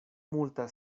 multa